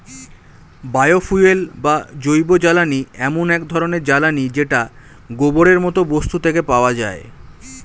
bio fuel বা জৈবজ্বালানী এমন এক ধরণের জ্বালানী যেটা গোবরের মতো বস্তু থেকে পাওয়া যায়